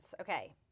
Okay